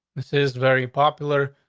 this is very popular,